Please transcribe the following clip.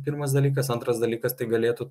pirmas dalykas antras dalykas tai galėtų